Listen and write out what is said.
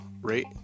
Rate